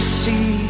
see